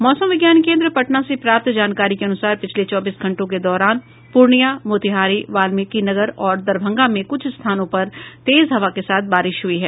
मौसम विज्ञान केन्द्र पटना से प्राप्त जानकारी के अनुसार पिछले चौबीस घंटों के दौरान पूर्णियां मोतिहारी वाल्मिकीनगर और दरभंगा में कुछ स्थानों पर तेज हवा के साथ बारिश हुई है